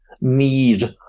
need